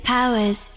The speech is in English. Powers